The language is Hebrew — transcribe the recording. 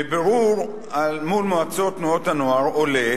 מבירור עם מועצות תנועות הנוער עולה